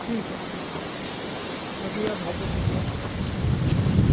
ٹھیک ہے ٹھیک ہے شکریہ بہت بہت شکریہ واپس کرنے کے لیے